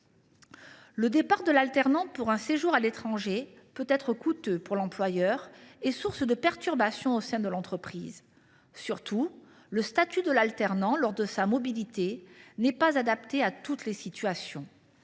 Le départ de l’alternant pour un séjour à l’étranger peut être coûteux pour son employeur et source de perturbations au sein de son entreprise. Surtout, le statut de l’alternant lors de sa mobilité n’est pas adapté à toutes les situations.